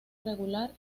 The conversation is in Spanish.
regular